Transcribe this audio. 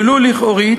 ולו לכאורית,